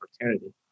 opportunity